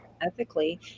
ethically